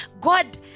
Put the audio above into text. God